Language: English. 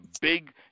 big –